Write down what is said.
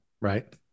right